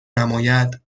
نماید